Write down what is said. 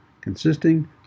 consisting